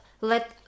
let